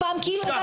נו, בחיאת, די כבר.